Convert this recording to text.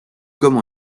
comme